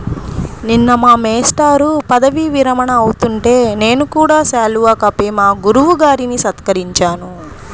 నిన్న మా మేష్టారు పదవీ విరమణ అవుతుంటే నేను కూడా శాలువా కప్పి మా గురువు గారిని సత్కరించాను